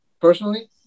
personally